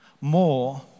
more